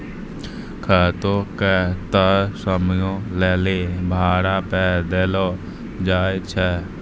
खेतो के तय समयो लेली भाड़ा पे देलो जाय छै